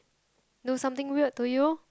do something weird to you